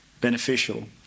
beneficial